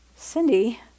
Cindy